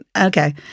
Okay